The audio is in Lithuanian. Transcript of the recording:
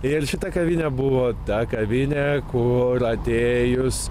ir šita kavinė buvo ta kavinė kur atėjus